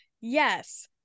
yes